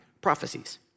prophecies